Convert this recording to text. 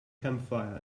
campfire